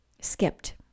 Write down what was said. skipped